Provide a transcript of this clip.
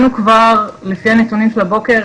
לפי הנתונים של הבוקר